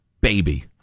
baby